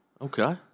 Okay